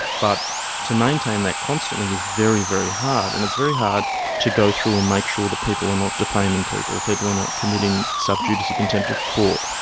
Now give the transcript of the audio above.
but to maintain that constantly is very, very hard, and it's very hard to go through and make sure that people are not defaming people, people are not committing sub judice contempt of court,